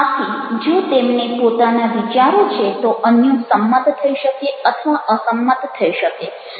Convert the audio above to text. આથી જો તેમને પોતાના વિચારો છે તો અન્યો સંમત થઇ શકે અથવા અસંમત થઇ શકે